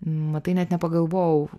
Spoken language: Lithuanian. matai net nepagalvojau